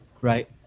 Right